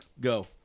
go